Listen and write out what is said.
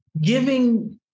giving